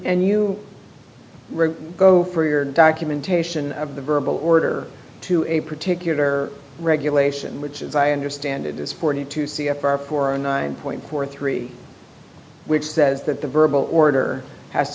you go for your documentation of the verbal order to a particular regulation which as i understand it is forty two c f r for a nine point four three which says that the verbal order has